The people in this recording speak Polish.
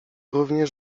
również